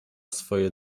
swoje